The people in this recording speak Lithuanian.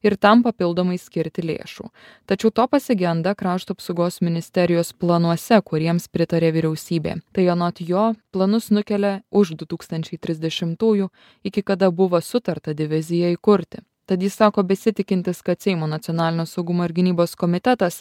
ir tam papildomai skirti lėšų tačiau to pasigenda krašto apsaugos ministerijos planuose kuriems pritarė vyriausybė tai anot jo planus nukelia už du tūkstančiai trisdešimtųjų iki kada buvo sutarta diviziją įkurti tad jis sako besitikintis kad seimo nacionalinio saugumo ir gynybos komitetas